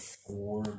four